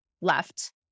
left